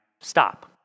stop